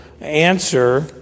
answer